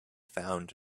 found